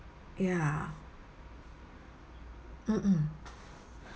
ya mm mm